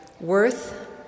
worth